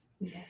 Yes